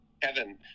Kevin